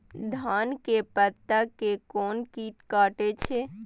धान के पत्ता के कोन कीट कटे छे?